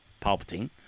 Palpatine